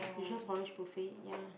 usual porridge buffet ya